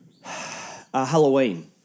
Halloween